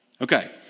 Okay